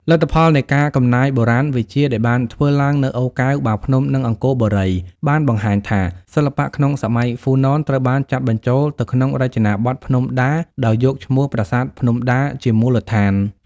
លទ្ធផលនៃការកំណាយបុរាណវិទ្យាដែលបានធ្វើឡើងនៅ អូរកែវ បាភ្នំ និង អង្គរបុរី បានបង្ហាញថា សិល្បៈក្នុងសម័យហ្វូណនត្រូវបានចាត់បញ្ចូលទៅក្នុងរចនាបថភ្នំដា ដោយយកឈ្មោះ ប្រាសាទភ្នំដា ជាមូលដ្ឋាន។